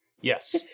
Yes